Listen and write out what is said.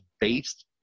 based